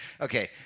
okay